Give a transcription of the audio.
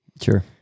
Sure